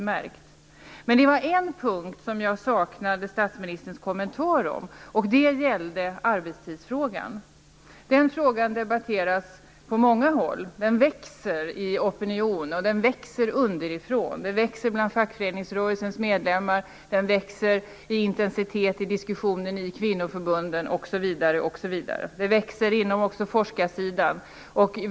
Men jag saknade statsministerns kommentar på en punkt. Det gäller arbetstidsfrågan. Den frågan debatteras på många håll. Den växer underifrån, och opinionen växer. Den växer bland fackföreningsrörelsens medlemmar, och den växer i intensitet i diskussionen i kvinnoförbunden osv. Den växer också på forskarsidan.